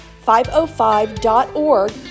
505.org